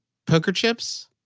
poker chips?